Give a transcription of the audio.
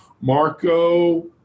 Marco